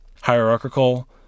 hierarchical